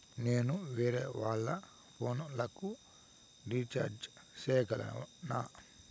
నేను వేరేవాళ్ల ఫోను లకు రీచార్జి సేయగలనా?